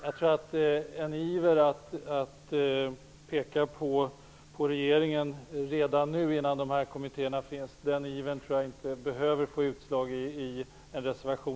Jag tycker inte att en iver att göra ett tillkännagivande till regeringen redan nu, innan resultatet av dessa utredningar föreligger, är tillräckligt skäl för att avge en reservation.